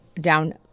down